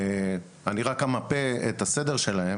רק אמפה את הסדר שלהם: